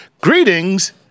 Greetings